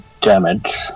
damage